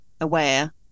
aware